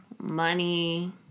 Money